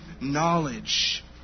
knowledge